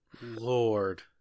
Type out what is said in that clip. Lord